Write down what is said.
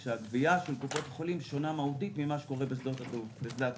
כאשר הגבייה של קופות החולים שונה מהותית ממה שקורה בשדה התעופה.